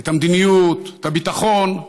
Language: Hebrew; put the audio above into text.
את המדיניות, את הביטחון,